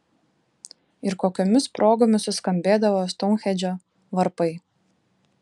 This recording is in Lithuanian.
ir kokiomis progomis suskambėdavo stounhendžo varpai